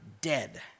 dead